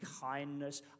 kindness